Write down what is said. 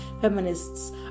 feminists